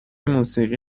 موسیقی